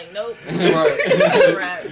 nope